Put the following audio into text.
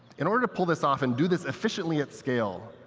in order to pull this off, and do this efficiently at scale,